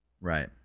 Right